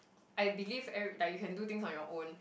I believe every~ like you can do things on your own